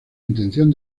intención